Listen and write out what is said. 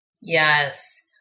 Yes